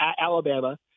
Alabama –